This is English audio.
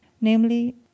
namely